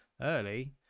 early